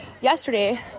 Yesterday